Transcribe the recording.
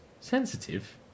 Sensitive